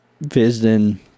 visiting